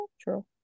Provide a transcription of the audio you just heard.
True